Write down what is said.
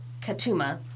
Katuma